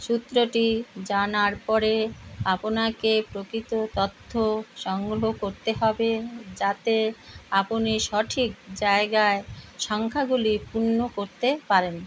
সূত্রটি জানার পরে আপনাকে প্রকৃত তথ্য সংগ্রহ করতে হবে যাতে আপনি সঠিক জায়গায় সংখ্যাগুলি পূর্ণ করতে পারেন